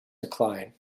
decline